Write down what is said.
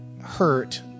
hurt